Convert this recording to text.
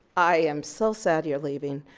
i am so sad you're leaving,